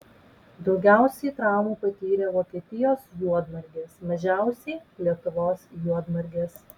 daugiausiai traumų patyrė vokietijos juodmargės mažiausiai lietuvos juodmargės